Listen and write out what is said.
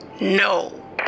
no